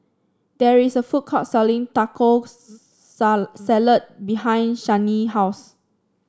there is a food court selling Taco Sa Salad behind Shianne house